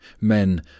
Men